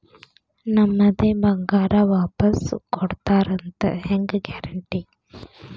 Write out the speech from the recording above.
ನಮ್ಮದೇ ಬಂಗಾರ ವಾಪಸ್ ಕೊಡ್ತಾರಂತ ಹೆಂಗ್ ಗ್ಯಾರಂಟಿ?